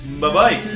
Bye-bye